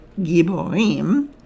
giborim